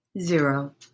zero